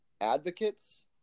advocates